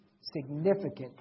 significant